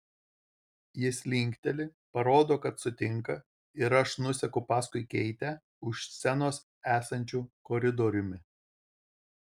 jis linkteli parodo kad sutinka ir aš nuseku paskui keitę už scenos esančiu koridoriumi